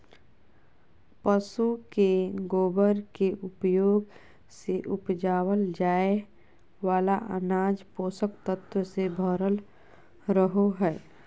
पशु के गोबर के उपयोग से उपजावल जाय वाला अनाज पोषक तत्वों से भरल रहो हय